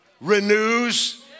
renews